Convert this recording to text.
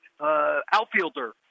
outfielder